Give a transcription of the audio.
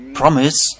promise